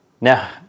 Now